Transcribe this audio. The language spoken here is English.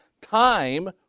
time